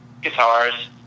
Guitars